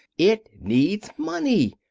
it needs money.